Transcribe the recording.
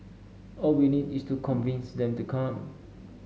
all we need is to convince them to come